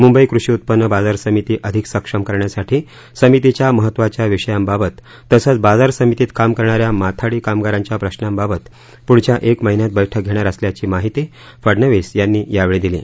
मुंबई कृषी उत्पन्न बाजार समिती अधिक सक्षम करण्यासाठी समितीच्या महत्वाच्या विषयांबाबत तसंच बाजार समितीत काम करणाऱ्या माथाडी कामगारांच्या प्रश्नांबाबत पुढच्या एक महिन्यात बैठक घेणार असल्याची माहिती फडनवीस यांनी यावेळी दिली